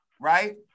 right